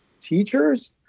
teachers